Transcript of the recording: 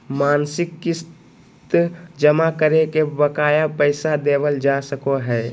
मासिक किस्त जमा करके बकाया पैसा देबल जा सको हय